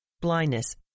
blindness